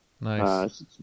nice